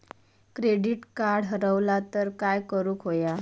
Credit card हरवला तर काय करुक होया?